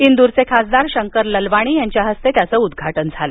इंदोरचे खासदार शंकर ललवाणी यांच्या हस्ते त्याचं उद्घाटन झालं